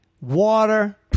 water